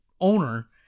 owner